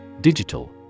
Digital